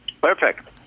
Perfect